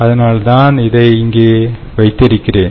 அதனால் நான் அதை இங்கே வைத்திருக்கிறேன்